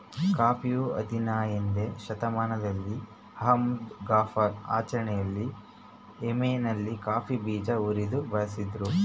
ಕಾಫಿಯು ಹದಿನಯ್ದನೇ ಶತಮಾನದಲ್ಲಿ ಅಹ್ಮದ್ ಎ ಗಫರ್ ಆಚರಣೆಯಲ್ಲಿ ಯೆಮೆನ್ನಲ್ಲಿ ಕಾಫಿ ಬೀಜ ಉರಿದು ಬಳಸಿದ್ರು